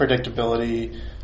predictability